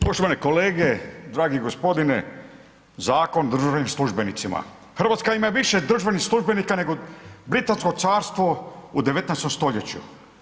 Poštovana kolege, dragi gospodine Zakon o državnim službenicima, Hrvatska ima više državnih službenika nego Britansko carstvo u 19. stoljeću.